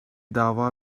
dava